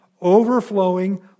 overflowing